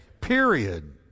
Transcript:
Period